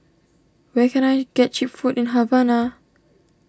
where can I get Cheap Food in Havana